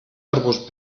arbust